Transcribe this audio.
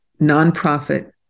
nonprofit